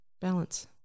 Balance